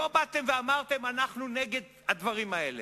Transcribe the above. לא באתם ואמרתם: אנחנו נגד הדברים האלה.